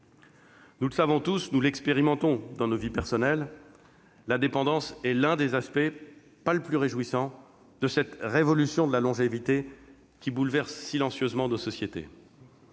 Nous le savons tous, nous l'expérimentons dans nos vies personnelles, la dépendance est l'un des aspects- pas le plus réjouissant -de cette révolution de la longévité qui bouleverse silencieusement nos sociétés.